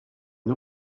une